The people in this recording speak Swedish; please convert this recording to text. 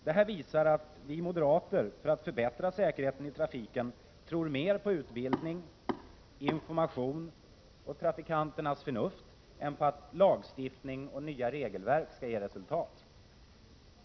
Detta visar att vi moderater för att förbättra säkerheten i trafiken tror mer på utbildning, information och trafikanternas förnuft än på att lagstiftning 69 och nya regelverk skall ge resultat.